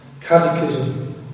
catechism